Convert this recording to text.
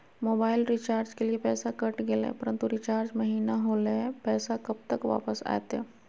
Mobile recharge के लिए पैसा कट गेलैय परंतु रिचार्ज महिना होलैय, पैसा कब तक वापस आयते?